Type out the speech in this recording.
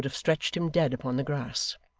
would have stretched him dead upon the grass.